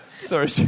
sorry